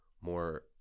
more